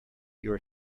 your